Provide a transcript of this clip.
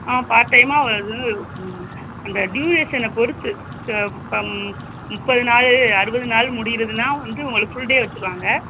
ஆ part டைமா அந்த ட்யூரேஷனை பொறுத்து முப்பது நாள் அறுபது நாள் முடியறதுன்னா வந்து உங்களுக்கு ஃபுல் டே வச்சுருவாங்க